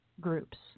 groups